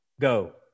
Go